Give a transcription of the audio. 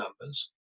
numbers